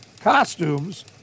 costumes